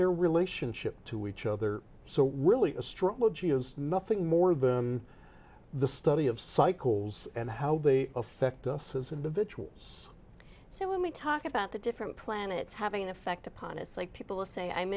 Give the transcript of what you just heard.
their relationship to each other so willy astrology is nothing more than the study of cycles and how they affect us as individuals so when we talk about the different planets having an effect upon it's like people say i'm